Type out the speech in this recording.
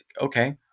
Okay